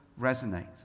resonate